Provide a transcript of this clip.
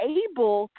able